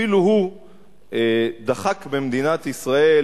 אפילו הוא דחק במדינת ישראל,